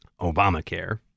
Obamacare